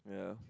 yeah